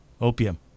Opium